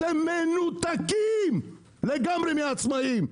אתם מנותקים לגמרי מהעצמאים.